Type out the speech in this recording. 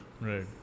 Right